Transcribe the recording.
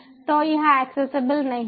तो यह ऐक्सेसबल नहीं है